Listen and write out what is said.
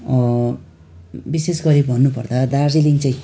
विशेषगरी भन्नुपर्दा दार्जिलिङ चाहिँ